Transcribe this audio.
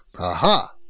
Aha